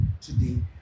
today